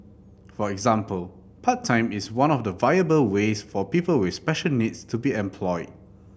for example part time is one of the viable ways for people with special needs to be employed